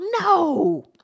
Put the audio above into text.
no